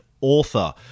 author